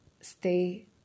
stay